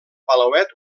palauet